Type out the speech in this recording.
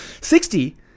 Sixty-